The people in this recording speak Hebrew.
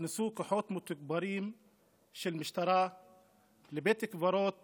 נכנסו כוחות מתוגברים של משטרה לבית קברות